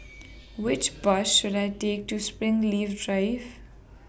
Which Bus should I Take to Springleaf Drive